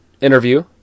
interview